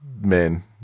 men